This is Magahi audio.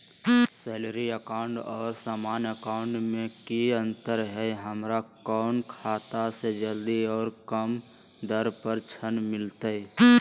सैलरी अकाउंट और सामान्य अकाउंट मे की अंतर है हमरा कौन खाता से जल्दी और कम दर पर ऋण मिलतय?